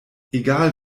egal